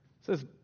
says